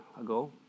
ago